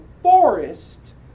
forest